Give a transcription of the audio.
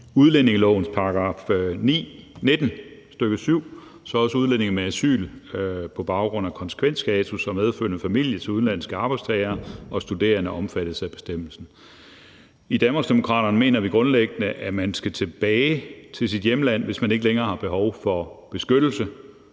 udlændingelovens § 19, stk. 7, så også udlændinge med asyl på baggrund af konsekvensstatus og medfølgende familie til udenlandske arbejdstagere og studerende omfattes af bestemmelsen. I Danmarksdemokraterne mener vi grundlæggende, at man skal tilbage til sit hjemland, hvis man ikke længere har behov for beskyttelse.